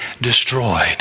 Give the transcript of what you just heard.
destroyed